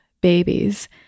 babies